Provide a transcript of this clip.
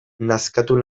nazkatu